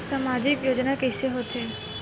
सामजिक योजना कइसे होथे?